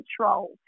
control